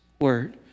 word